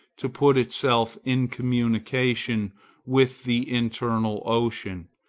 to put itself in communication with the internal ocean,